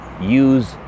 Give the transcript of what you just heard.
use